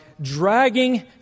dragging